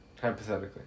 Hypothetically